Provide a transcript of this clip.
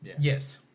Yes